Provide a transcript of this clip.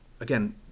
again